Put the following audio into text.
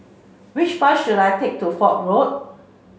which bus should I take to Fok Road